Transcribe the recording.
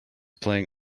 playing